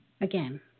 again